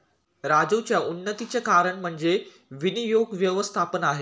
राजीवच्या उन्नतीचं कारण म्हणजे विनियोग व्यवस्थापन आहे